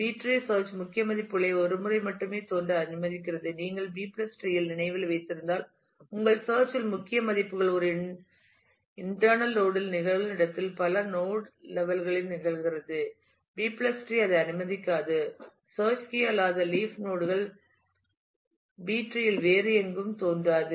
B tree search முக்கிய மதிப்புகளை ஒரு முறை மட்டுமே தோன்ற அனுமதிக்கிறது நீங்கள் B டிரீB tree இல் நினைவில் வைத்திருந்தால் உங்கள் சேர்ச் முக்கிய மதிப்புகள் ஒரு இன்டேனல் லோட் இல் நிகழும் இடத்தில் பல நோட் லெவல் களிலும் நிகழ்கிறது B B டிரீ அதை அனுமதிக்காது சேர்ச் கீ அல்லாத லீப் நோட் கள் பி டிரீஇல் வேறு எங்கும் தோன்றாது